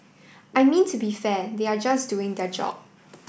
I mean to be fair they are just doing their job